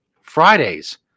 Fridays